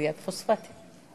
כריית פוספטים.